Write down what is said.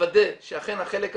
לוודא שאכן החלק הזה,